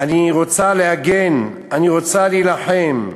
"אני רוצה להגן, אני רוצה להילחם,